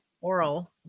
Oral